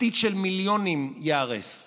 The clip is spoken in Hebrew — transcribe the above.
עתיד של מיליונים ייהרס.